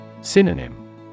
Synonym